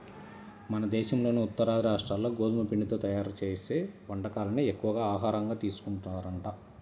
మన దేశంలోని ఉత్తరాది రాష్ట్రాల్లో గోధుమ పిండితో తయ్యారు చేసే వంటకాలనే ఎక్కువగా ఆహారంగా తీసుకుంటారంట